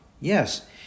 Yes